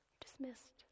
Dismissed